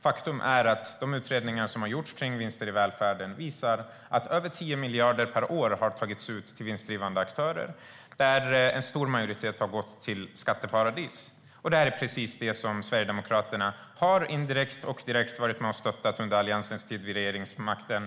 Faktum är att de utredningar som har gjorts när det gäller vinster i välfärden visar att över 10 miljarder per år har tagits ut av vinstdrivande aktörer. En stor majoritet av pengarna har gått till skatteparadis. Det är precis det Sverigedemokraterna indirekt och direkt har varit med och stöttat under Alliansens tid vid regeringsmakten.